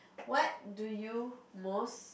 what do you most